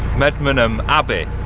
medmenham abbey